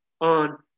on